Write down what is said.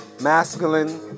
Masculine